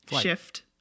shift